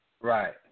Right